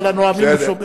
אבל לנואמים הוא שומע.